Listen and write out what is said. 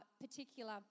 particular